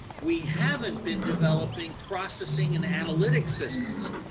we haven't been developing processing and analytic systems.